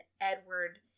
Edward